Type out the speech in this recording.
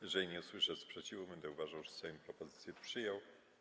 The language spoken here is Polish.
Jeżeli nie usłyszę sprzeciwu, będę uważał, że Sejm propozycję przyjął.